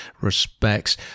respects